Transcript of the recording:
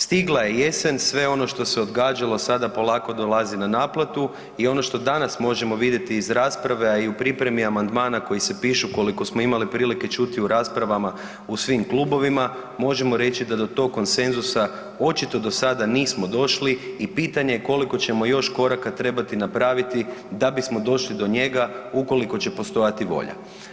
Stigla je jesen, sve ono što se odgađalo sada polako dolazi na naplatu i ono što danas možemo vidjeti iz rasprave, a i u pripremi amandmana koji se pišu koliko smo imali prilike čuti u raspravama u svim klubovima, možemo reći da do tog konsenzusa očito do sada nismo došli i pitanje je koliko ćemo još koraka trebati napraviti da bismo došli do njega ukoliko će postojati volja.